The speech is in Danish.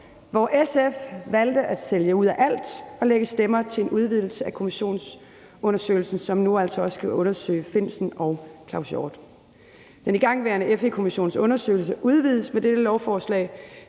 hvor SF valgte at sælge ud af alt og lægge stemmer til en udvidelse af kommissionsundersøgelsen, som nu altså også skal undersøge Lars Findsen og Claus Hjort Frederiksen. Den igangværende FE-kommissions undersøgelse udvides med dette lovforslag